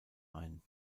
ein